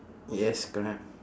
yes correct